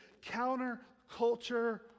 counterculture